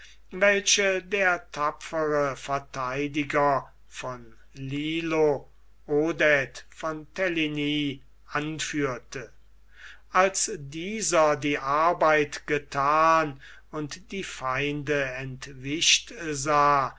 welche der tapfere vertheidiger von lillo odet von teligny anführte als dieser die arbeit gethan und die feinde entwischt sah